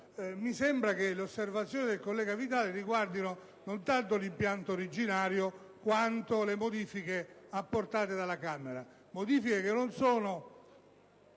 Mi sembra che le osservazioni del collega Vitali non riguardino tanto l'impianto originario quanto le modifiche apportate dalla Camera, che non sono